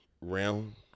realm